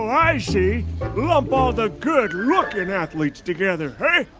i see lump all the good-looking athletes together, ah?